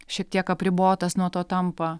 šiek tiek apribotas nuo to tampa